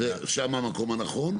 שם המקום הנכון,